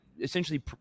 essentially –